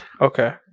Okay